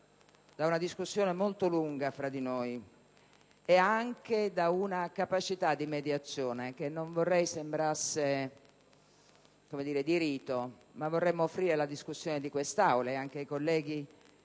da una discussione molto lunga fra noi e anche da una capacità di mediazione che non vorrei sembrasse di rito e che vorremmo offrire alla discussione dell'Aula e anche dei colleghi